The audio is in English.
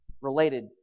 related